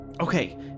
Okay